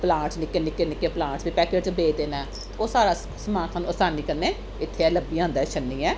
plants निक्के निक्के निक्के प्लांट्स बी पैकट च बेचदे न ओह् सारा समान सानूं असनाी कन्नै इत्थै लब्भी जंदा ऐ छन्नी गै